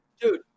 Dude